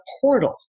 portal